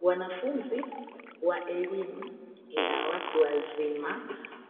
Wanafunzi wa elimu ya watu wazima,